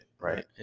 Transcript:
right